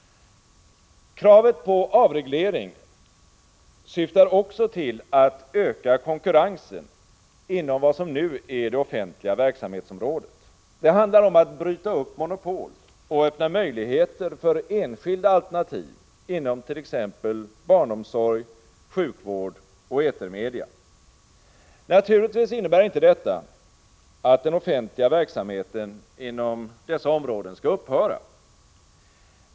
Kravet på avreglering syftar också till att öka konkurrensen inom vad som nu är det offentliga verksamhetsområdet. Det handlar om att bryta upp monopol och öppna möjligheter för enskilda alternativ inom t.ex. barnomsorg, sjukvård och etermedia. Naturligtvis innebär inte detta att den offentliga verksamheten inom dessa områden skall upphöra.